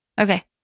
Okay